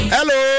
Hello